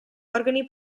organi